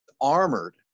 armored